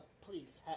please